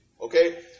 Okay